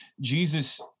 Jesus